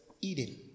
eden